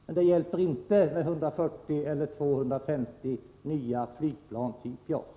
Men det hjälper inte med 140 eller 250 nya flygplan av typ JAS.